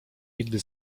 nigdy